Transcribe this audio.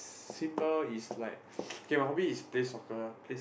symbol is like okay my hobby is play soccer